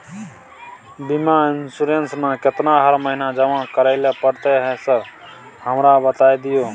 बीमा इन्सुरेंस ना केतना हर महीना जमा करैले पड़ता है सर हमरा बता दिय?